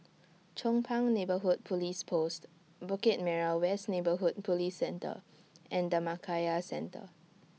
Chong Pang Neighbourhood Police Post Bukit Merah West Neighbourhood Police Centre and Dhammakaya Centre